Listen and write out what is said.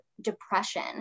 depression